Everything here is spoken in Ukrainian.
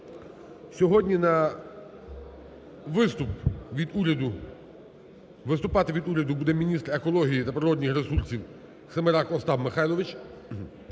уряду… Виступати від уряду буде міністр екології та природніх ресурсів Семерак Отсап Михайлович.